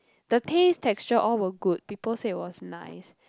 the taste texture all were good people say it was nice